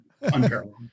unparalleled